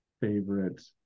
favorite